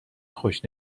خوش